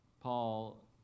Paul